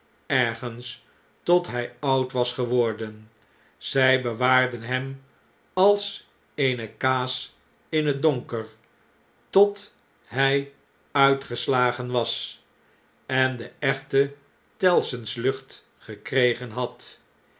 ergens tot hi oud was geworden zjj bewaarden hem als eene kaas in het donker tot hy uitgeslagen was en de echte tellsons lucht gekregen had